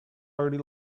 already